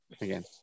Again